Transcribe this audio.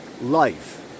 life